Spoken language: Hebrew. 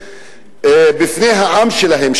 בפני העם שלהם,